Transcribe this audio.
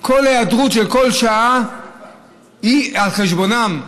כל היעדרות של כל שעה היא על חשבונן,